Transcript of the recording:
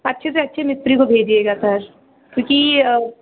अच्छे से अच्छे मिस्त्री को भेजिएगा सर क्योंकि यह